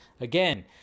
again